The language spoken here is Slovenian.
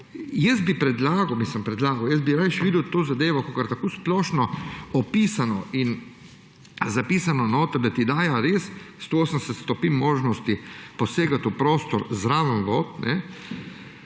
Jaz bi predlagal oziroma raje bi videl to zadevo kot tako splošno opisano in zapisano, da ti daje res 180 stopinj možnosti posegati v prostor zraven voda,